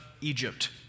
Egypt